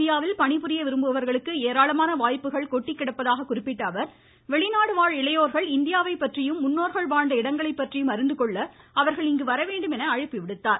இந்தியாவில் பணிபுரிய விரும்புபவர்களுக்கு ஏராளமான வாய்ப்புகள் கொட்டிக்கிடப்பதாக குறிப்பிட்ட இந்தியாவை பற்றியும் முன்னோர்கள் வாழ்ந்த இடங்களை பற்றியும் அறிந்து கொள்ள அவர்கள் இங்கு வரவேண்டும் என்றும் அழைப்பு விடுத்தார்